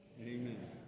Amen